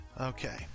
Okay